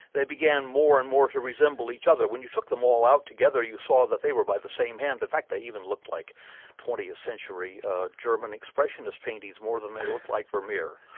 they began more and more to resemble each other. when you took them all out together, you saw that they were by the same hand, in fact they even looked like twentieth century german expressionist paintings more than they looked like vermeer.